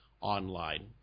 online